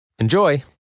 Enjoy